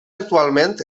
actualment